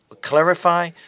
clarify